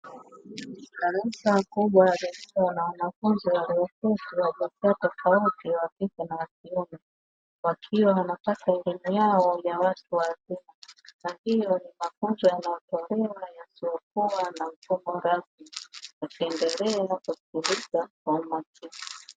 Darasa kubwa lililo na wanafunzi walioketi wajinsia tofauti wakike na yakiume wakiwa wanapata elimu yao ya watu wazima, na pia ni mafunzo yanayotolewa yasiyokuwa na mfumo rasimi unaoendelea kutolewa kufundishwa kwa umakini.